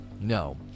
No